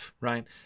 right